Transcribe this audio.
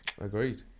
Agreed